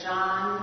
John